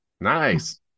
Nice